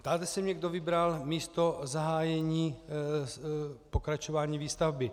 Ptáte se mě, kdo vybral místo zahájení pokračování výstavby.